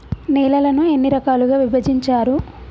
నేలలను ఎన్ని రకాలుగా విభజించారు?